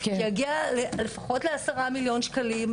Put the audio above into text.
שיגיע לפחות לעשרה מיליון שקלים,